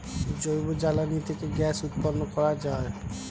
জৈব জ্বালানি থেকে গ্যাস উৎপন্ন করা যায়